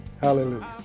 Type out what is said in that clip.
Hallelujah